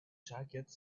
jackets